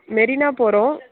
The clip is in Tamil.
மெரினா போகிறோம்